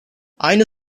aynı